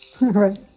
Right